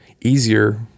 easier